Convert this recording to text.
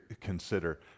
consider